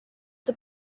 the